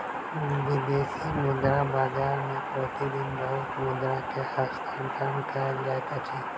विदेशी मुद्रा बाजार मे प्रति दिन बहुत मुद्रा के हस्तांतरण कयल जाइत अछि